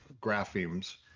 graphemes